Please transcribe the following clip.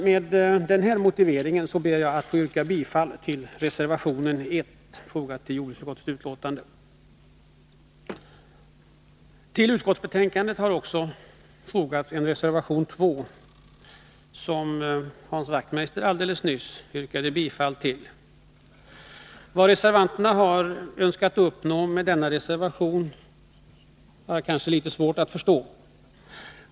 Med den här motiveringen ber jag att få yrka bifall till reservation 1. Till utskottsbetänkandet har också fogats en reservation, nr 2, som Hans Wachtmeister alldeles nyss yrkade bifall till. Jag har litet svårt att förstå vad reservanterna har önskat uppnå med denna reservation.